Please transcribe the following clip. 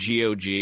GOG